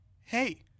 Hey